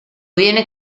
viene